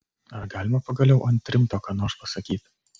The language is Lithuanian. ar galima pagaliau ant rimto ką nors pasakyt